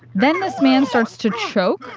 then this man starts to choke.